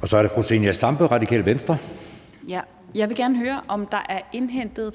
Venstre. Kl. 14:48 Zenia Stampe (RV): Jeg vil gerne høre, om der er indhentet en